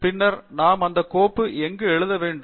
பின்னர் நாம் அந்த கோப்பு எங்கு எழுத வேண்டும்